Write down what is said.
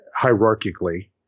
hierarchically